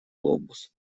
глобус